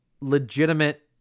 legitimate